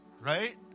Right